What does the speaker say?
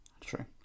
True